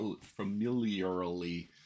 familiarly